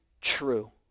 true